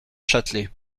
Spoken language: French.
châtelet